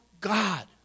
God